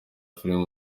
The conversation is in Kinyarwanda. filime